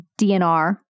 DNR